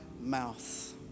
mouth